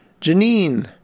Janine